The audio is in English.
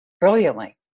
brilliantly